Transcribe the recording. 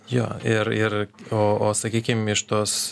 jo ir ir o o sakykim iš tos